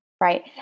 right